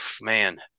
man